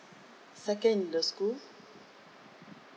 second in the school